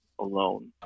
alone